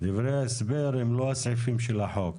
לא ביקשתי אדוני,